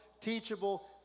teachable